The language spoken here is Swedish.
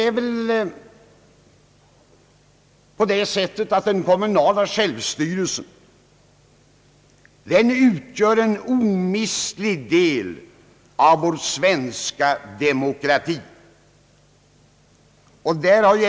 Den kommunala självstyrelsen är en omistlig del av vår svenska demokrati.